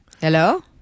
Hello